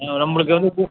ஆ நம்பளுக்கு வந்து ஊ